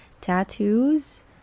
tattoos